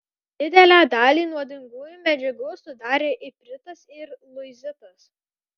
didelę dalį nuodingųjų medžiagų sudarė ipritas ir liuizitas